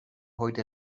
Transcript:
heute